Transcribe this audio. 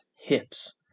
hips